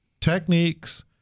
techniques